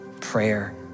prayer